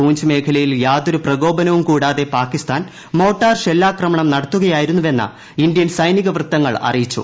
പൂഞ്ച് മേഖലയിൽ യാതൊരു പ്രകോപനവും കൂടാതെ പാകിസ്ഥാൻ മോട്ടാർ ഷെല്ലാക്രമണം നടത്തുകയായിരുന്നുവെന്ന് ഇന്ത്യൻ സൈനിക വൃത്തങ്ങൾ അറിയിച്ചു